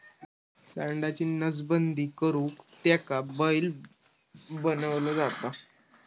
सांडाची नसबंदी करुन त्याका बैल बनवलो जाता